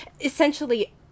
Essentially